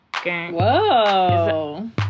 Whoa